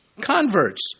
converts